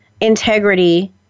integrity